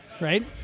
right